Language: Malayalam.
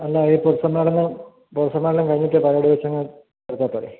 അല്ല ഈ പൊതുസമ്മേളനം പൊതുസമ്മേളനം കഴിഞ്ഞിട്ട് പരേഡും വച്ചു അങ്ങ് ചെയ്താൽ പോരെ